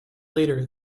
later